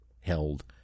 held